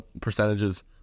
percentages